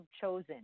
chosen